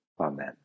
amen